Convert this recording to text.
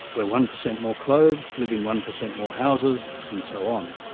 wear one percent more clothes, live in one percent more houses and so on.